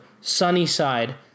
Sunnyside